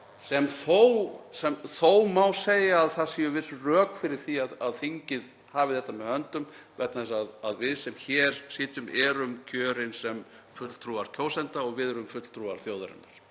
Þó má segja að viss rök séu fyrir því að þingið hafi þetta með höndum vegna þess að við sem hér sitjum erum kjörin sem fulltrúar kjósenda og erum fulltrúar þjóðarinnar.